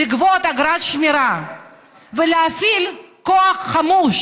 לגבות אגרת שמירה ולהפעיל כוח חמוש